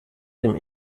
dem